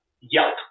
Yelp